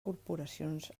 corporacions